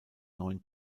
neun